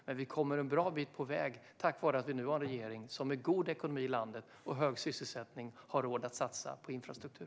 Men vi kommer en bra bit på väg tack vare att vi nu har en regering som med god ekonomi i landet och hög sysselsättning har råd att satsa på infrastruktur.